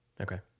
Okay